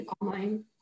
online